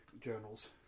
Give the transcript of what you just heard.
journals